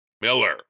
Miller